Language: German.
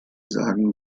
sagen